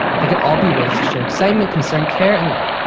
they could all be ways to show excitement, concerned care, and love.